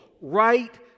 right